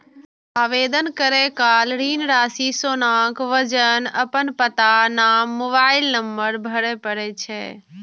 आवेदन करै काल ऋण राशि, सोनाक वजन, अपन पता, नाम, मोबाइल नंबर भरय पड़ै छै